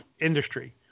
industry